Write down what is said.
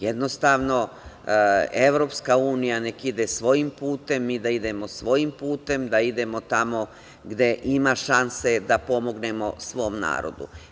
Jednostavno, EU nek ide svojim putem, mi da idemo svojim putem, da idemo tamo gde ima šanse da pomognemo svom narodu.